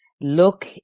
look